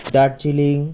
Darjeeling